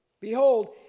Behold